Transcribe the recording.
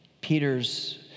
Peter's